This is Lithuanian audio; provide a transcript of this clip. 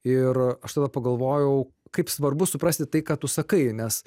ir aš tada pagalvojau kaip svarbu suprasti tai ką tu sakai nes